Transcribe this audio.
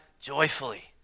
joyfully